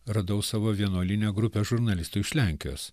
radau savo vienuolyne grupę žurnalistų iš lenkijos